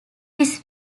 his